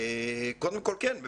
קודם כל כן,